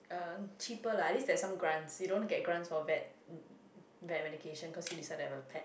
uh cheaper lah at least there are some grants you don't want to get grants for bad um bad medication cause you decided to have a pet